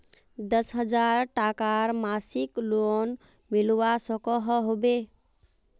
दस हजार टकार मासिक लोन मिलवा सकोहो होबे?